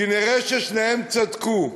כנראה שניהם צדקו,